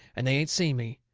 and they ain't seen me.